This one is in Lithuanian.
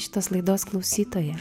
šitos laidos klausytoja